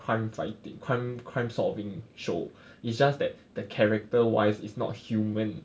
crime fighting crime crime solving show it's just that the character wise is not human